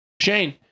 Shane